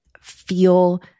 feel